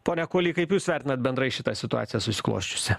pone kuoly kaip jūs vertinat bendrai šitą situaciją susiklosčiusią